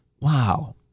wow